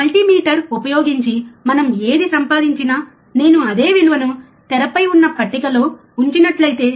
multimeter ఉపయోగించి మనం ఏది సంపాదించినా నేను అదే విలువను తెరపై ఉన్న పట్టికలో ఉంచినట్లయితే